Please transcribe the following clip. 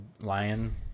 lion